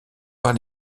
par